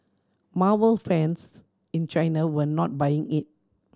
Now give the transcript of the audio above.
marvel fans in China were not buying it